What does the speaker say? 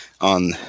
on